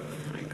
טלב אבו עראר,